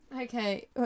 Okay